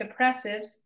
suppressives